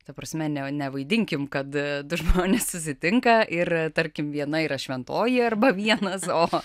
ta prasme ne nevaidinkim kad du žmonės susitinka ir tarkim viena yra šventoji arba vienas o